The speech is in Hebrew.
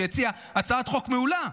שהציעה הצעת חוק מעולה,